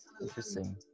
Interesting